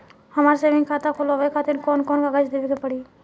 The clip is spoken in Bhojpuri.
हमार सेविंग खाता खोलवावे खातिर कौन कौन कागज देवे के पड़ी?